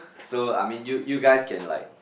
so I mean you you guys can like